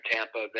Tampa